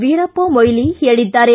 ವೀರಪ್ಪ ಮೊಯ್ಲಿ ಹೇಳಿದ್ದಾರೆ